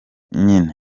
nyine